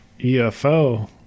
UFO